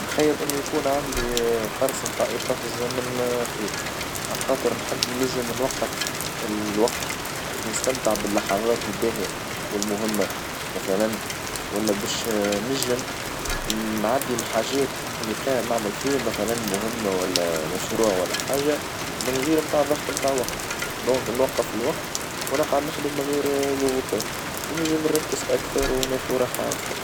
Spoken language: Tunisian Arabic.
تخيل إنه يكون عندي قرص نتاع إيقاف الزمن خيرعلى خاطر نحب نجم نوقف الوقت باش نستمتع باللحظات الباهية والمهمة مثلًا، ولا باش نجم نعدي الحاجات اللي قاعد نعمل فيه مثلًا مهمة والا مشروع والا حاجة من غير متاع ظغط متاع وقت نوقف الوقت ونقعد نخدم من غير ظغوطات ونجم نركز أكثر وناخذ راحة اكثر.